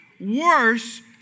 worse